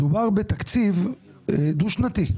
מדובר בתקציב דו-שנתי.